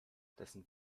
dessen